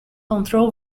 control